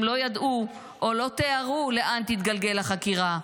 הם לא יודעו או לא תיארו לאן תתגלגל החקירה,